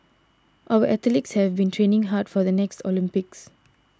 our athletes have been training hard for the next Olympics